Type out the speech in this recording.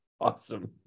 Awesome